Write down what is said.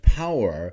power